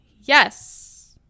yes